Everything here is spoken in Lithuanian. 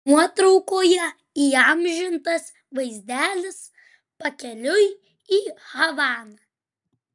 nuotraukoje įamžintas vaizdelis pakeliui į havaną